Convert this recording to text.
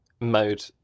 mode